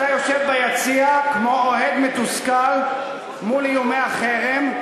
אתה יושב ביציע כמו אוהד מתוסכל מול איומי החרם,